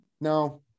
no